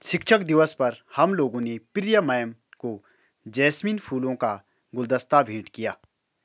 शिक्षक दिवस पर हम लोगों ने प्रिया मैम को जैस्मिन फूलों का गुलदस्ता भेंट किया